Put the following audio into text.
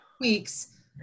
weeks